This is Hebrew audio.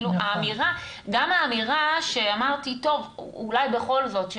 גם האמירה שאמרתי: טוב, אולי בכל זאת,